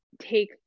take